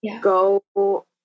Go